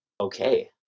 okay